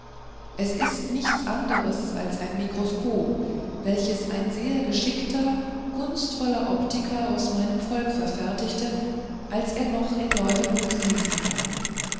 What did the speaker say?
es ist nichts anders als ein mikroskop welches ein sehr geschickter kunstvoller optiker aus meinem volk verfertigte als er noch in leuwenhoeks dienste war